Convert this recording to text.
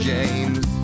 James